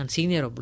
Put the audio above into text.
Senior